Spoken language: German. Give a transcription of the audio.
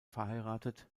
verheiratet